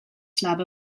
slab